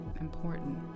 important